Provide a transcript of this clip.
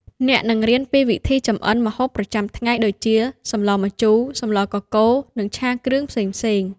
អ្នកនឹងរៀនពីវិធីចម្អិនម្ហូបប្រចាំថ្ងៃ ដូចជា សម្លម្ជូរ សម្លកកូរ និងឆាគ្រឿងផ្សេងៗ។